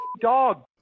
dog